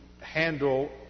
handle